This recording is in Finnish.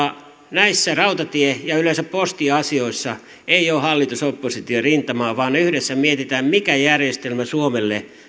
näissä rautatie ja yleensä postiasioissa ei ole hallitus oppositio rintamaa vaan yhdessä mietitään mikä järjestelmä suomelle